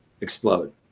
explode